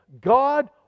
god